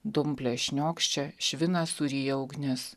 dumplės šniokščia šviną suryja ugnis